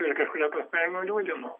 kažkuria prasme nuliūdino